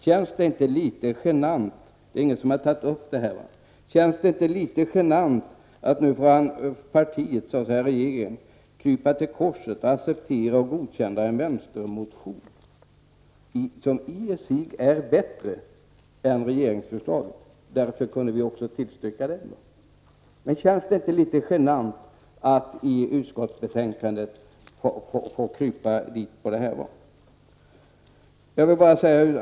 Känns det inte litet genant att nu får partiet, regeringen, krypa till korset och acceptera och godkänna en vänstermotion som i sig är bättre än regeringsförslaget? Det var därför vi kunde tillstyrka den. Känns det inte litet genant att i utskottsbetänkandet få krypa till korset när det gäller detta.